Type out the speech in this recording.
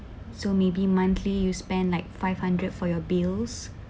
so maybe monthly you spend like five hundred for your bills